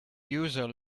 user